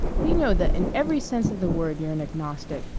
you know that in every sense of the word you're an agnostic.